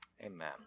amen